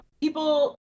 people